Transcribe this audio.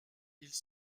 ils